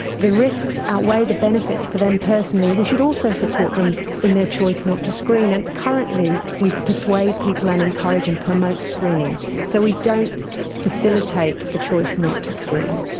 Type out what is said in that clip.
the risks outweigh the benefits for them personally we should also support them in their choice not to screen. and currently we persuade people and encourage and promote screening, so we don't facilitate the choice not to screen.